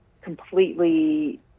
completely